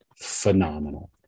phenomenal